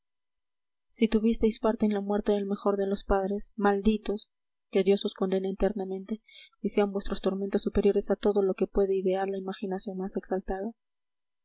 si tuvisteis parte en la muerte del mejor de los padres malditos que dios os condene eternamente y sean vuestros tormentos superiores a todo lo que puede idear la imaginación